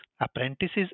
apprentices